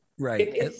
Right